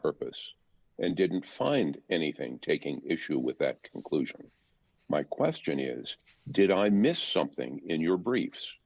purpose and didn't find anything taking issue with that conclusion my question is did i miss something in your